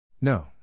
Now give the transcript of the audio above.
No